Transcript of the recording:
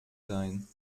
sein